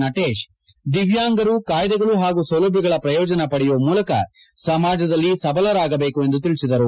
ನಟೇಶ್ ದಿವ್ಯಾಂಗರು ಕಾಯ್ದೆಗಳು ಹಾಗೂ ಸೌಲಭ್ಯಗಳ ಪ್ರಯೋಜನ ಪಡೆಯುವ ಮೂಲಕ ಸಮಾಜದಲ್ಲಿ ಸಬಲರಾಗಬೇಕು ಎಂದು ತಿಳಿಸಿದರು